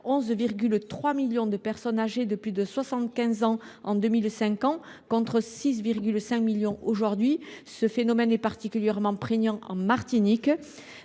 11,3 millions de personnes âgées de plus de 75 ans en 2050, contre 6,5 millions aujourd’hui. Ce phénomène est particulièrement prégnant en Martinique.